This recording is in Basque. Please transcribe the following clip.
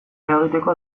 eragiteko